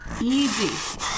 easy